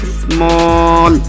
small